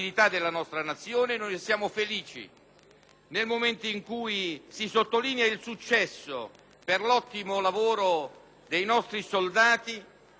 nel momento in cui si sottolinea il successo per l'ottimo lavoro svolto dai nostri soldati siamo altrettanto felici,